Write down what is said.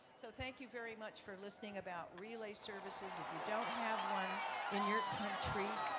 so thank you very much for listening about relay services. if you don't have one in your country,